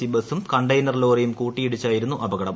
C ബസും container ലോറിയും കൂട്ടിയിടിച്ചായിരുന്നു അപകടം